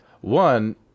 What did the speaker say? one